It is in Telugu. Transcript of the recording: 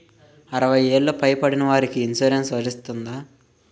అరవై ఏళ్లు పై పడిన వారికి ఇన్సురెన్స్ వర్తిస్తుందా?